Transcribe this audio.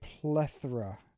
plethora